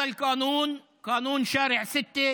(אומר דברים בשפה הערבית,